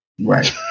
Right